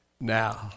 now